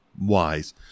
wise